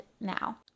now